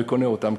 וקונה אותם,